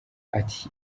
ati